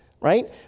right